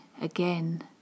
again